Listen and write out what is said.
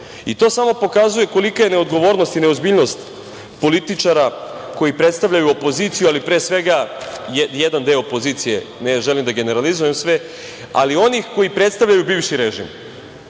To samo pokazuje kolika je neodgovornost i neozbiljnost političara koji predstavljaju opoziciju, ali pre svega jedan deo opozicije, ne želim da generalizujem sve, ali onih koji predstavljaju bivši režim. Kad